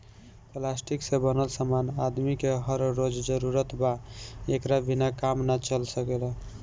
plastic से बनल समान आदमी के हर रोज जरूरत बा एकरा बिना काम ना चल सकेला